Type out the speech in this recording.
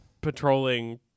patrolling